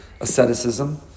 asceticism